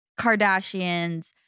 Kardashians